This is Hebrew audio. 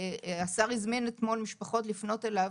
השר הזמין אתמול משפחות לפנות אליו